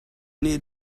nih